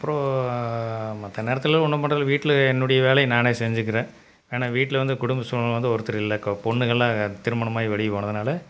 அப்புறோம் மற்ற நேரத்தில் ஒன்றும் பண்ணுறதில்ல வீட்டில் என்னுடைய வேலையை நானே செஞ்சிக்குறேன் ஏன்னா வீட்டில் வந்து குடும்ப சூழ்நிலையில ஒருத்தர் இல்லை பொண்ணுங்கள்லாம் திருமணமாயி வெளியே போனதுனால்